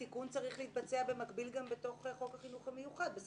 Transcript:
התיקון צריך להתבצע במקביל גם בתוך חוק החינוך המיוחד.